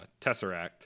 Tesseract